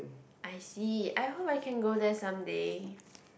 I see I hope I can go there someday